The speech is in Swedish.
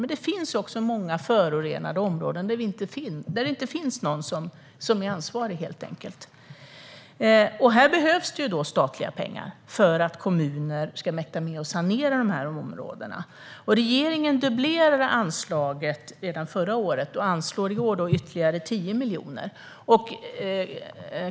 Men för många förorenade områden saknas det någon som är ansvarig. Då behövs det statliga pengar för att kommuner ska mäkta med att sanera dessa områden. Regeringen dubblerade anslaget redan förra året och anslår i år ytterligare 10 miljoner.